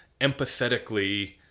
empathetically